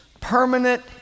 permanent